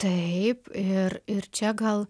taip ir ir čia gal